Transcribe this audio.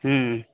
ہوں